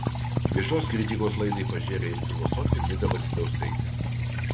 viešos kritikos laidai pažėrė ir filosofė nida vasiliauskaitė